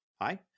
hi